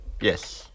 Yes